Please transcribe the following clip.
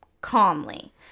calmly